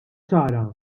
ċara